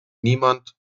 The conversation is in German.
niemand